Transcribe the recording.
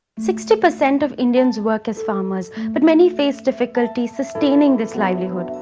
sixty percent of indians work as farmers, but many face difficulty sustaining this livelihood.